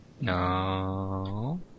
No